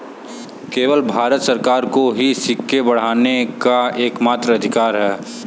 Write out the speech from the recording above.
केवल भारत सरकार को ही सिक्के ढालने का एकमात्र अधिकार है